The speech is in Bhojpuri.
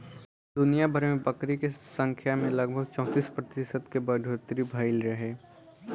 दुनियाभर में बकरी के संख्या में लगभग चौंतीस प्रतिशत के बढ़ोतरी भईल रहे